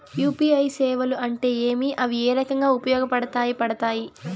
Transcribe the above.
UPI సేవలు అంటే ఏమి, అవి ఏ రకంగా ఉపయోగపడతాయి పడతాయి?